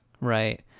Right